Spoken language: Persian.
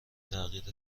تغییر